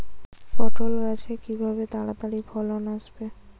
পটল গাছে কিভাবে তাড়াতাড়ি ফলন আসবে?